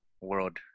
world